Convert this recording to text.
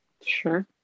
Sure